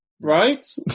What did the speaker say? right